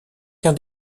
qu’un